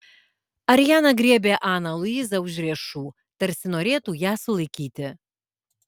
ariana griebė aną luizą už riešų tarsi norėtų ją sulaikyti